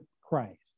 Christ